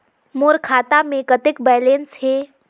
मोर खाता मे कतेक बैलेंस हे?